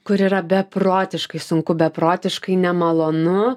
kur yra beprotiškai sunku beprotiškai nemalonu